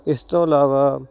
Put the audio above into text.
ਇਸ ਤੋਂ ਇਲਾਵਾ